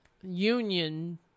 union